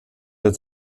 der